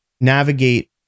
navigate